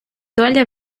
доля